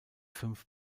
fünf